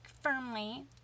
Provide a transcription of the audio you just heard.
firmly